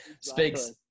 Speaks